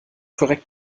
korrekt